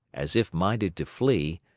as if minded to flee,